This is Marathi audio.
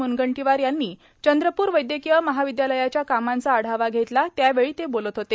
म्नगंटीवार यांनी चंद्रपूर वैद्यकीय महाविद्यालयाच्या कामाचा आढावा घेतला त्यावेळी ते बोलत होते